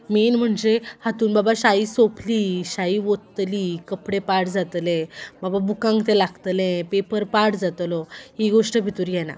main म्हणजे हातून बाबा शायी सोंपली शायी ओंततली कपडे पाड जातले बाबा बुकांक तें लागतले पेपर पाड जातलो ही गोष्ट भितूर येना